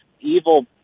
evil